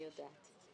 אני יודעת.